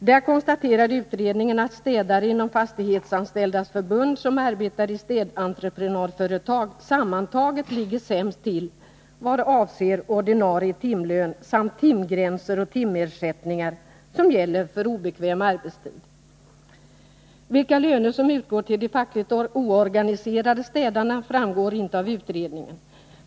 Där konstaterar utredningen att städare inom Fastighetsanställdas förbund som arbetar i städentreprenadföretag sammantaget ligger sämst till vad avser ordinarie timlön samt timgränser och timersättningar för obekväm arbetstid. Vilka löner som utgår till de fackligt oorganiserade städarna framgår inte av utredningen.